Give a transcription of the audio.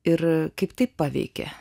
ir kaip tai paveikė